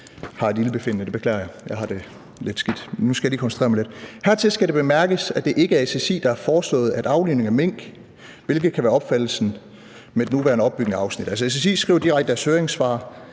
»Hertil skal det bemærkes, at det ikke er SSI, der har foreslået, at aflivning af mink, hvilket kan være opfattelsen med den nuværende opbygning af afsnittet.« Undskyld, det var mig, der